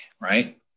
right